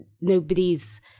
nobody's